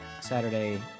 saturday